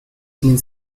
means